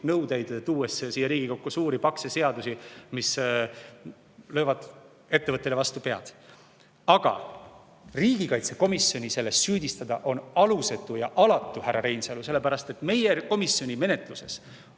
juurde, tuues siia Riigikokku suuri, pakse seadusi, mis löövad ettevõtjatele vastu pead. Aga riigikaitsekomisjoni selles süüdistada on alusetu ja alatu, härra Reinsalu. Sellepärast et meie komisjoni menetluses